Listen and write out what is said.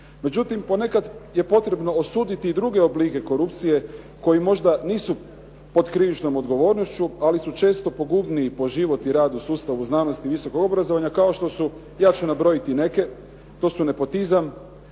Međutim, ponekada je potrebno osuditi i druge oblike korupcije koji možda nisu pod križnom odgovornošću ali su često pogubniji po život i rad u sustavu znanosti i visokog obrazovanja kao što su, ja ću nabrojiti neke, to su nepotizam,